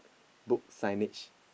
book signage